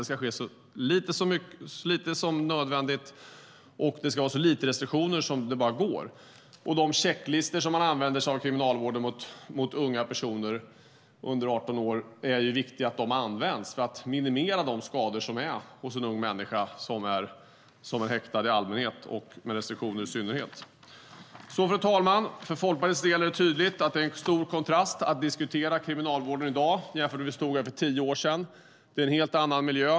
Det ska ske så sällan som möjligt, och det ska vara så lite restriktioner som möjligt. Det är viktigt att de checklistor som Kriminalvården har för unga personer under 18 år används för att minimera de skador som finns hos en ung människa som är häktad i allmänhet och med restriktioner i synnerhet. Fru talman! För oss i Folkpartiet är det tydligt att det är en stor kontrast mellan att diskutera kriminalvården i dag och för tio år sedan. Det är en helt annan miljö.